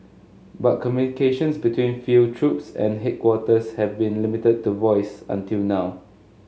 but communications between field troops and headquarters have been limited to voice until now